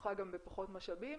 שכרוכה גם בפחות משאבים,